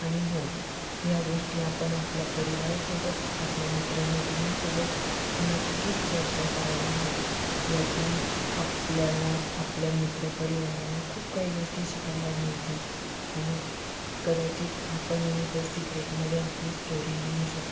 आणि हो या गोष्टी आपण आपल्या परिवारासोबत आपल्या मित्र मैत्रिणींसोबत नक्कीच चर्चा करायला हव्या यातून आपल्याला आपल्या मित्र परिवाराला खूप काही गोष्टी शिकायला मिळतील आणि कदाचित आपनही द सिक्रेटमध्ये आपली स्टोरी लिहू शकतो